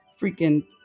freaking